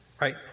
right